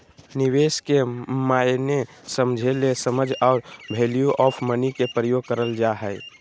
निवेश के मायने समझे ले समय आर वैल्यू ऑफ़ मनी के प्रयोग करल जा हय